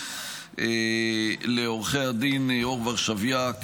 לעו"ד אור ורשביאק,